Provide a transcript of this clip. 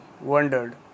wondered